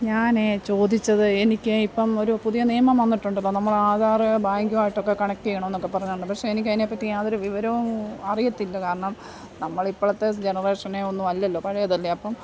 ഞാനേ ചോദിച്ചത് എനിക്ക് ഇപ്പം ഒരു പുതിയ നിയമം വന്നിട്ടുണ്ടല്ലോ നമ്മൾ ആധാർ ബാങ്കുമായിട്ടൊക്കെ കണക്റ്റ് ചെയ്യണമെന്നൊക്കെ പറഞ്ഞതുകൊണ്ട് പക്ഷേ എനിക്ക് അതിനെപ്പറ്റി യാതൊരു വിവരോം അറിയില്ല കാരണം നമ്മൾ ഇപ്പോഴത്തെ ജനറേഷനെ ഒന്നുമല്ലല്ലോ പഴയതല്ലേ അപ്പം